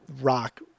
rock